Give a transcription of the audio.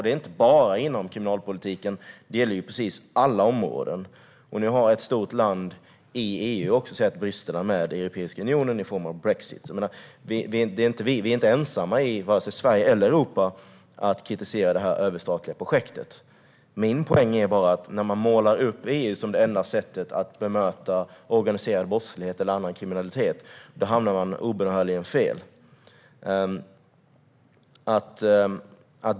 Det är inte bara inom kriminalpolitiken, utan det gäller alla områden. Nu har ett stort land i EU också sett bristerna med Europeiska unionen i form av brexit. Vi är inte ensamma i vare sig Sverige eller Europa om att kritisera detta överstatliga projekt. Min poäng är bara att när man målar upp EU som det enda sättet att möta organiserad brottslighet eller annan kriminalitet hamnar man obönhörligen fel.